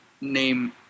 name